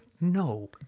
no